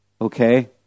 okay